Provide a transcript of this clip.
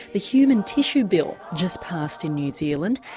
the human tissue bill just passed in new zealand.